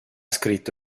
scritto